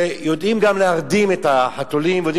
שיודעים גם להרדים את החתולים ויודעים